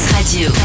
Radio